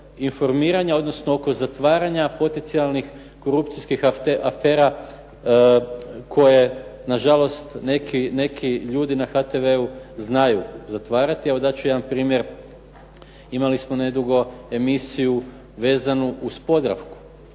odnosno oko zatvaranja potencijalnih korupcijskih afera koje nažalost neki ljudi na HTV-u znaju zatvarati. Evo, dat ću jedan primjer. Imali smo nedugo emisiju vezano uz Podravku,